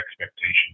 expectations